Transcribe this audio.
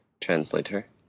translator